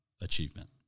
achievement